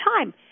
time